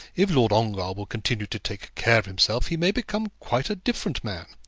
if lord ongar will continue to take care of himself he may become quite a different man.